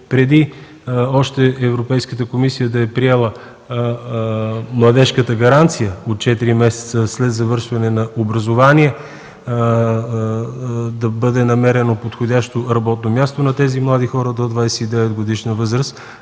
преди Европейската комисия да е приела Младежката гаранция – четири месеца след завършване на образованието да бъде намерено подходящо работно място на тези млади хора до 29-годишна възраст,